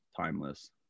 timeless